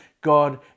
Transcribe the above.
God